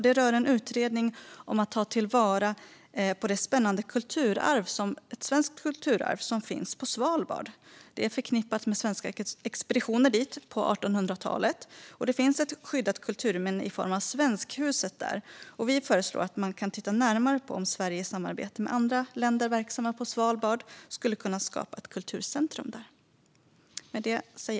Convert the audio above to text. Det rör en utredning om att ta vara på det spännande svenska kulturarv som finns på Svalbard. Det är förknippat med svenska expeditioner dit på 1800-talet. Det finns ett skyddat kulturminne i form av Svenskhuset där, och vi föreslår att man ska titta närmare på om Sverige i samarbete med andra länder verksamma på Svalbard skulle kunna skapa ett kulturcentrum där.